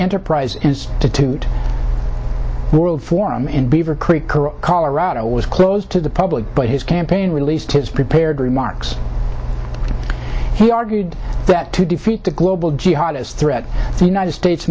enterprise institute world forum in beaver creek colorado was closed to the public but his campaign released his prepared remarks he argued that to defeat the global jihad as threat the united states